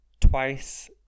twice